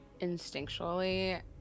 Instinctually